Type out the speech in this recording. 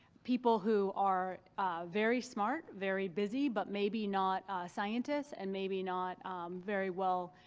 people who are very smart, very busy, but maybe not scientists and maybe not very well